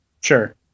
sure